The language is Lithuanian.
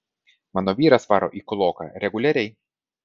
mano vyras varo į kūloką reguliariai